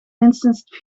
minstens